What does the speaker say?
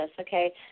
Okay